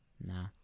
nah